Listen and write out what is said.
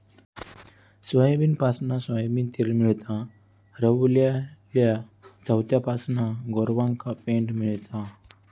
सोयाबीनपासना सोयाबीन तेल मेळता, रवलल्या चोथ्यापासना गोरवांका पेंड मेळता